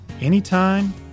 anytime